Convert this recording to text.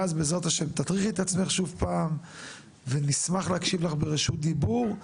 ואז בעזרת ה' תטריחי את עצמך שוב פעם ונשמח להקשיב לך ברשות דיבור.